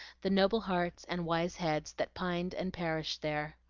the noble hearts and wise heads, that pined and perished there.